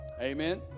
Amen